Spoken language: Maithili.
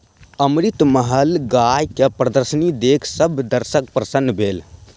अमृतमहल गाय के प्रदर्शनी देख सभ दर्शक प्रसन्न भेल